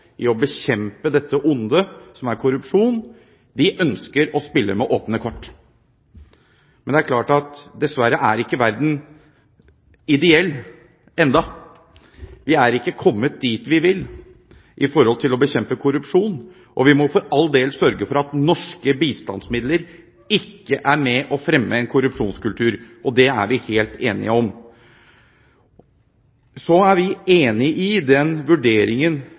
i å bekjempe dette ondet som er korrupsjon, ønsker å spille med åpne kort. Men det er klart at dessverre er ikke verden ideell ennå. Vi er ikke kommet dit vi vil med hensyn til å bekjempe korrupsjon, og vi må for all del sørge for at norske bistandsmidler ikke er med på å fremme en korrupsjonskultur. Det er vi helt enige om. Så er vi enig i vurderingen